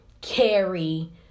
carry